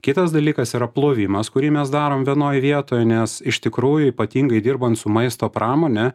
kitas dalykas yra plovimas kurį mes darom vienoj vietoj nes iš tikrųjų ypatingai dirbant su maisto pramone